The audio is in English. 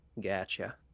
Gotcha